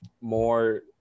more